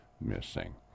missing